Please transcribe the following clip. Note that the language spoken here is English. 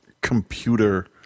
computer